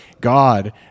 God